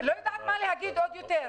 לא יודעת מה להגיד יותר.